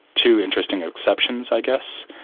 two interesting exceptions, i guess,